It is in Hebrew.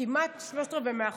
כמעט שלושת רבעי מהחוק,